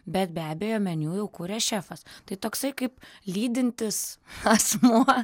bet be abejo meniu jau kuria šefas tai toksai kaip lydintis asmuo